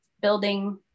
building